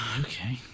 Okay